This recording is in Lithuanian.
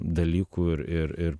dalykų ir ir ir